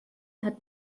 hat